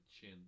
chin